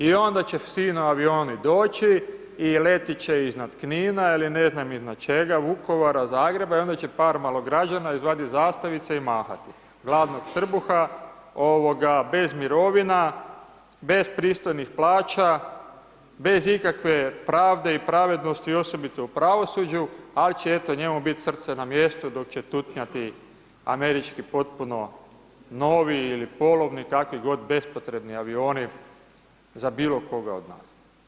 I onda će fino avioni doći i letit će iznad Knina ili ne znam iznad čega Vukovara, Zagreba i onda će par malograđana izvadit zastavice i mahati, gladnog trbuha ovoga bez mirovina, bez pristojnih plaća, bez ikakve pravde i pravednosti osobito u pravosuđu, al će eto njemu bit srce na mjestu dok će tutnjati američki potpuno novi ili polovni kakvi god bespotrebni avioni za bilo koga od nas.